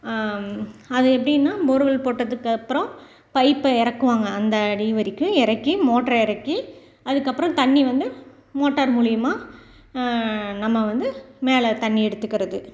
அது எப்படினா bore well போட்டதுக்கு அப்புறம் பைப்பை இறக்குவாங்க அந்த அடி வரைக்கும் இறக்கி மோட்ரை இறக்கி அதுக்கு அப்புறம் தண்ணி வந்து மோட்டார் மூலிமா நம்ம வந்து மேலே தண்ணி எடுத்துக்கிறது